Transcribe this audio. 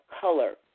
color